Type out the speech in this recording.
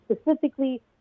specifically